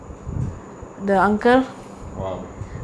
waaba